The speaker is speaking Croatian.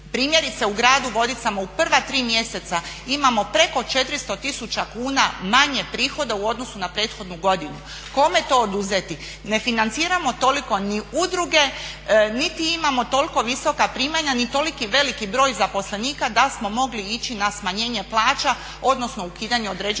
Primjerice u gradu Vodicama u prva tri mjeseca imamo preko 400 tisuća kuna manje prihoda u odnosu na prethodnu godinu. Kome to oduzeti? Ne financiramo toliko ni udruge niti imamo toliko visoka primanja ni toliki veliki broj zaposlenika da smo mogli ići na smanjenje plaća odnosno ukidanje određenih